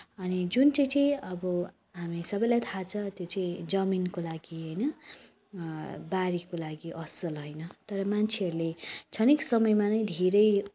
अनि जुन चाहिँ चाहिँ अब हामी सबैलाई थाहा छ त्यो चाहिँ जमिनको लागि होइन बारीको लागि असल होइन तर मान्छेहरूले क्षणिक समयमा नै धेरै